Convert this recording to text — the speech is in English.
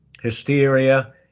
hysteria